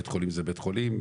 בית חולים זה בית חולים,